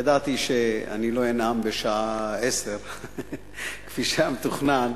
ידעתי שאני לא אנאם בשעה 22:00 כפי שהיה מתוכנן,